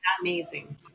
amazing